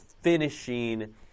finishing